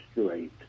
straight